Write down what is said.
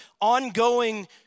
ongoing